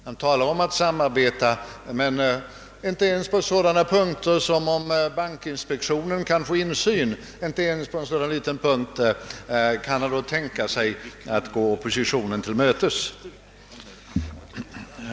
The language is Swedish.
Han talar om att samarbeta men inte ens då det gäller en så liten fråga som om bankinspektionen skall få insyn kan han tänka sig att gå oppositionen till mötes.